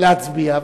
להצביע,